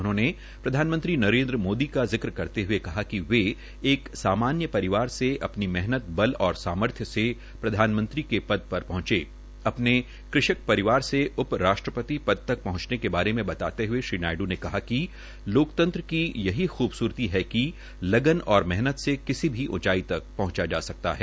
उन्होंने प्रधानमंत्री श्री नरेन्द्र मोदी का जिक करते हुए कहा कि वे एक सामान्य परिवार से अपनी मेहनत बल और समर्थन से प्रधानमंत्री के पद पर पहुंचे अपने कृषक परिवार से उप राष्ट्रपति पद तक पहुंचने के बारे में बताते हुए उन्होंने कहा कि लोकतंत्र की यही खूबसूरती है कि लग्न और मेहनत से किसी भी उंचाई तक पहंचा जा सकता है